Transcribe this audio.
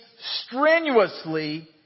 strenuously